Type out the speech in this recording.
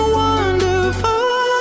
wonderful